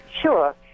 Sure